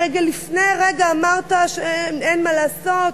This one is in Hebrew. הרי לפני רגע אמרת שאין מה לעשות,